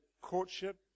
courtship